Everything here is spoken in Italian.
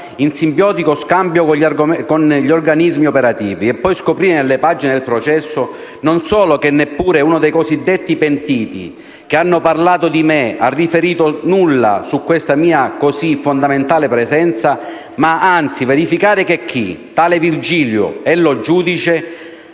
in simbiotico scambio con gli organismi operativi», e poi scoprire nelle pagine del processo non solo che neppure uno dei cosiddetti pentiti che hanno parlato di me ha riferito nulla su questa mia così fondamentale presenza ma, anzi, verificare che chi (tali Virgilio e Lo Giudice)